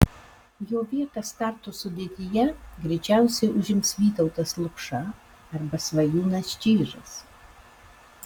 jo vietą starto sudėtyje greičiausiai užims vytautas lukša arba svajūnas čyžas